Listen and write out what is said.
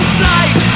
sight